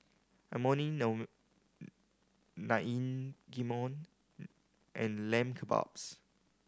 Imoni Naengmyeon and Lamb Kebabs